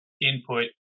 input